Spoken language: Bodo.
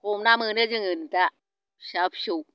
हमना मोनो जोङो दा फिसा फिसौ